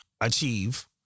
achieve